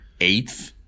eighth